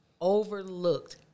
overlooked